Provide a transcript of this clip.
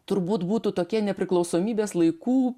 turbūt būtų tokie nepriklausomybės laikų